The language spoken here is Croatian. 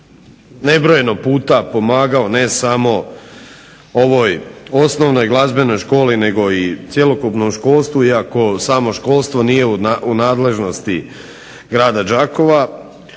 nebrojeno puta pomagao ne samo ovoj osnovnoj glazbenoj školi nego i cjelokupnom školstvu iako samo školstvo nije u nadležnosti Grada Đakova,